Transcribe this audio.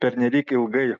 pernelyg ilgai